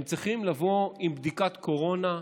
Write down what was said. הם צריכים לבוא עם בדיקת קורונה,